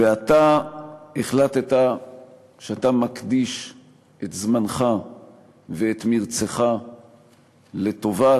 ואתה החלטת שאתה מקדיש את זמנך ואת מרצך לטובת